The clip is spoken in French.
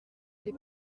les